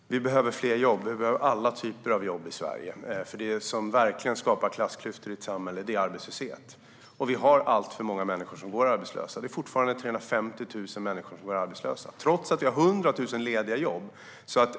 Herr talman! Vi behöver fler jobb, och vi behöver alla typer av jobb i Sverige. Det som verkligen skapar klassklyftor i ett samhälle är nämligen arbetslöshet, och det är alltför många människor som går arbetslösa. Det är fortfarande 350 000 människor som går arbetslösa - trots att vi har 100 000 lediga jobb.